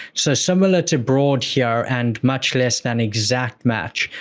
so, similar to broad here and much less than exact match,